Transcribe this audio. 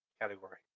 category